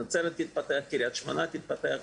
נצרת תתפתח וקריית שמונה תתפתח,